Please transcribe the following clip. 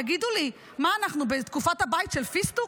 תגידו לי, מה, אנחנו בתקופת "הבית של פיסטוק"?